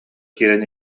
киирэн